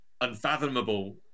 unfathomable